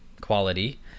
quality